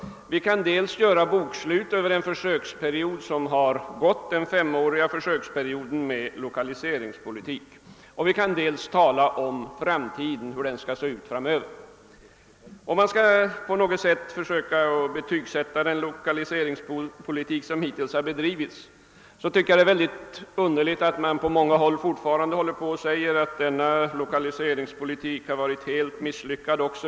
Vi kan dels göra bokslut efter en femårig försöksperiod med lokaliseringspolitik, dels tala om hur framtiden skall se ut. Om jag på något sätt skall försöka betygsätta den lokaliseringspolitik som hittills har bedrivits tycker jag det är underligt att man på många håll fortfarande säger att den har varit helt misslyckad.